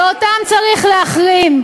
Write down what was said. ואותם צריך להחרים.